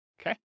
Okay